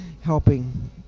helping